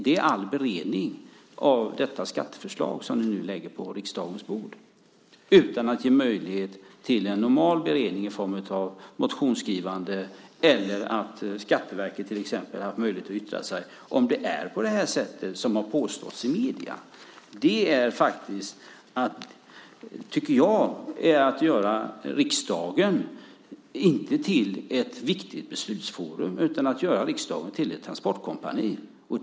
Det är all beredning av detta skatteförslag som ni nu lägger på riksdagens bord utan att ge möjlighet till en normal beredning i form av motionsskrivande eller att till exempel Skatteverket haft möjlighet att yttra sig om det är på det sätt som har påståtts i medierna. Jag tycker att det är att göra riksdagen till ett transportkompani i stället för ett viktigt beslutsforum.